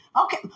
Okay